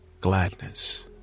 gladness